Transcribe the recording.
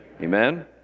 Amen